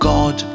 God